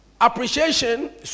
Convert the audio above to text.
Appreciation